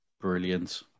brilliant